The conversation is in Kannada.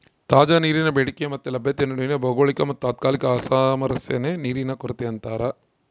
ತಾಜಾ ನೀರಿನ ಬೇಡಿಕೆ ಮತ್ತೆ ಲಭ್ಯತೆಯ ನಡುವಿನ ಭೌಗೋಳಿಕ ಮತ್ತುತಾತ್ಕಾಲಿಕ ಅಸಾಮರಸ್ಯನೇ ನೀರಿನ ಕೊರತೆ ಅಂತಾರ